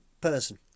person